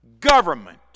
government